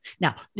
Now